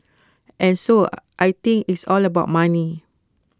and so I think it's all about money